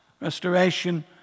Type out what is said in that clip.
restoration